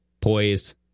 poised